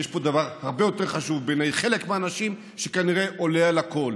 יש פה דבר הרבה יותר חשוב בעיני חלק מהאנשים שכנראה עולה על הכול.